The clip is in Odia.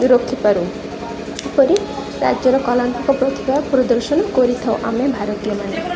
ରଖିପାରୁ ଏପରି ରାଜ୍ୟର ପ୍ରତିଭା ପ୍ରଦର୍ଶନ କରିଥାଉ ଆମେ ଭାରତୀୟମାନେ